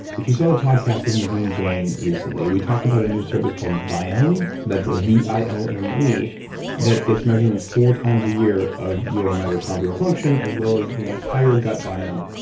if you saw the podcast with naveen jain, recently, we talked about a new service called viome, that's v i o m e that gets measurements four times a year of your mitochondrial function as well as the entire gut biome,